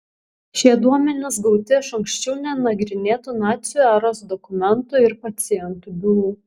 šie duomenys gauti iš anksčiau nenagrinėtų nacių eros dokumentų ir pacientų bylų